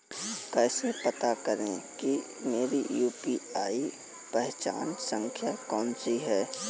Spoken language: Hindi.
कैसे पता करें कि मेरी यू.पी.आई पहचान संख्या कौनसी है?